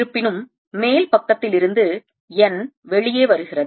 இருப்பினும் மேல் பக்கத்திலிருந்து n வெளியே வருகிறது